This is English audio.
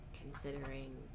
considering